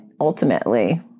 Ultimately